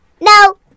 No